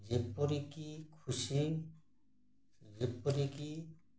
ଯେପରିକି ଖୁସି ଯେପରିକି